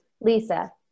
Lisa